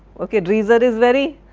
ok dreiser is very,